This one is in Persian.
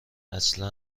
اصلا